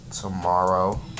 tomorrow